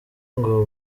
ngo